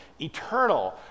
eternal